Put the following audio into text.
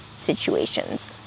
situations